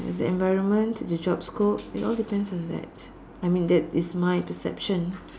is the environment the job scope it all depends on that I mean that is my perception